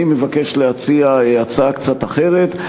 אני מבקש להציע הצעה אחת אחרת,